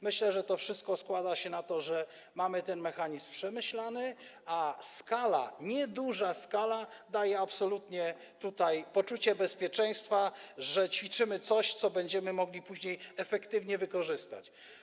Myślę, że to wszystko składa się na to, że mamy ten mechanizm przemyślany, a nieduża skala daje absolutnie tutaj poczucie bezpieczeństwa, że ćwiczymy coś, co będziemy mogli później efektywnie wykorzystać.